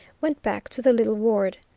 went back to the little ward.